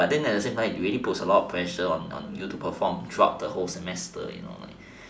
but then at the same time it really puts a lot of pressure on on you to perform throughout the semester you know like